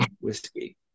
whiskey